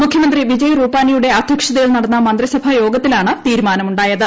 മുഖ്യമന്ത്രി വിജയ് രൂപാനിയുടെ അധ്യക്ഷത്യിൽ നടന്ന മന്ത്രിസഭ യോഗത്തിലാണ് തീരുമാനുമുണ്ടായത്